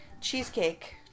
Cheesecake